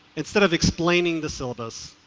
instead of explaining the syllabus,